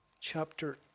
chapter